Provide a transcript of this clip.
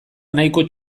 nahikoa